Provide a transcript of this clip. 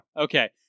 okay